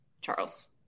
Charles